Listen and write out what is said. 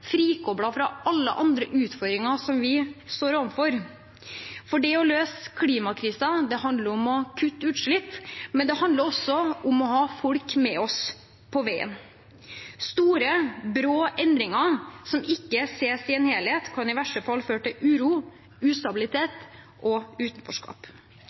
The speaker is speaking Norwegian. frikoblet fra alle andre utfordringer vi står overfor. Det å løse klimakrisen handler om å kutte utslipp, men det handler også om å ha folk med seg på veien. Store, brå endringer som ikke ses i en helhet, kan i verste fall føre til uro, ustabilitet og utenforskap.